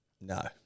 No